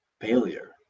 failure